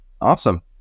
Awesome